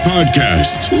Podcast